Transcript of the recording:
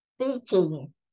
speaking